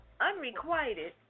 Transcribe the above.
Unrequited